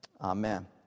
Amen